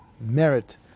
merit